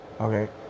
Okay